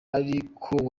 ariko